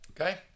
okay